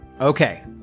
Okay